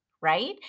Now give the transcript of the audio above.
right